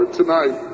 tonight